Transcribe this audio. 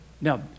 Now